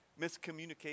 miscommunicate